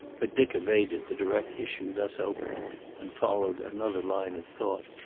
but dick evaded the direct issue thus opened and followed another line of thought.